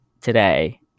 today